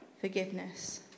forgiveness